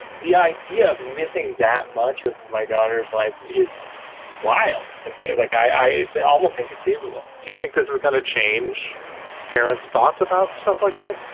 the idea of missing that much of my daughter's life is wild to me. like i it's almost inconceivable do you think this is going change parents thoughts about stuff like that?